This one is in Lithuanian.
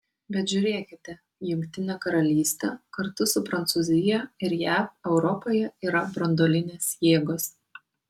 bet žiūrėkite jungtinė karalystė kartu su prancūzija ir jav europoje yra branduolinės jėgos